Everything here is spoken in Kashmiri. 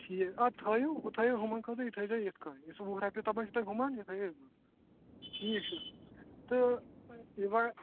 ٹھیٖک اَدٕ تھٲیِو ہُہ تھٲیِو ہُمَن خٲطرٕ یہِ تھٔے زیو یِتھ کٔنۍ یُسہٕ وُہ رۄپیہِ تُمَن چھُ تۄہہِ ہُمَن یہِ تھٲیِو أتھۍ منٛز ٹھیٖک چھُ تہٕ اِوا